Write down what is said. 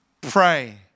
pray